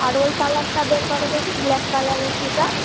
আর ওই কালারটা বের করো দেকি ব্ল্যাক কালারের শুটা